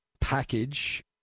package